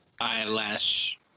eyelash